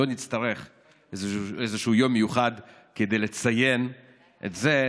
לא נצטרך יום מיוחד כדי לציין את זה,